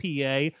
PA